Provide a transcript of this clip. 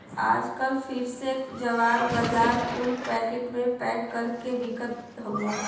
आजकल फिर से जवार, बाजरा कुल पैकिट मे पैक कर के बिकत हउए